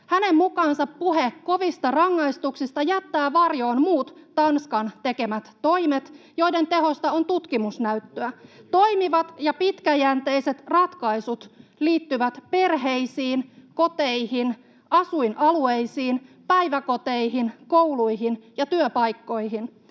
Hänen mukaansa puhe kovista rangaistuksista jättää varjoon muut Tanskan tekemät toimet, joiden tehosta on tutkimusnäyttöä. Toimivat ja pitkäjänteiset ratkaisut liittyvät perheisiin, koteihin, asuinalueisiin, päiväkoteihin, kouluihin ja työpaikkoihin.